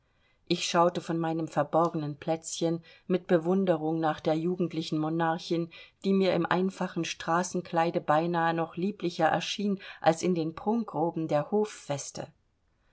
ich schaute von meinem verborgenen plätzchen mit bewunderung nach der jugendlichen monarchin die mir im einfachen straßenkleide beinahe noch lieblicher erschien als in den prunkroben der